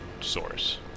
source